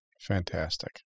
Fantastic